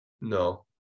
No